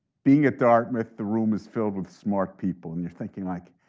being at dartmouth, the room is filled with smart people, and you're thinking like,